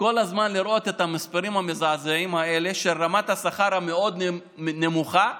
כל הזמן לראות את המספרים המזעזעים האלה של רמת השכר הנמוכה מאוד,